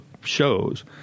shows